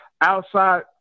outside